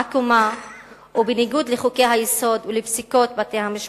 עקומה ומנוגדת לחוקי-היסוד ולפסיקות בתי-המשפט.